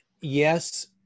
yes